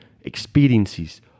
experiences